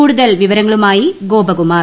കൂടുതൽ വിവരങ്ങളുമായി ഗോപ്പിക്കുമാർ